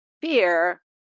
fear